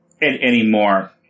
anymore